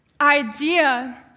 idea